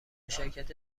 شرکت